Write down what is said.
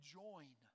join